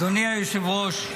אדוני היושב-ראש,